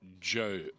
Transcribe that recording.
Joe